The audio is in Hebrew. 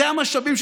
אלה המשאבים,